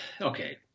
okay